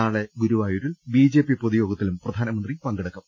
നാളെ ഗുരുവായൂരിൽ ബിജെപി പൊതുയോഗത്തിലും പ്രധാനമന്ത്രി പങ്കെടുക്കും